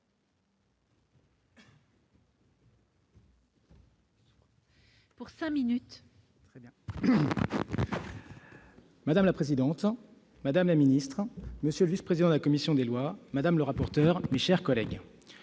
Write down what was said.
Madame la présidente, madame la ministre, monsieur le vice-président de la commission des lois, madame le rapporteur, mes chers collègues,